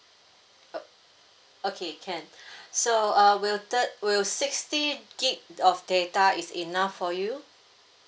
ok~ okay can so err will the will sixty gig of data is enough for you